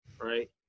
right